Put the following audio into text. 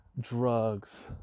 drugs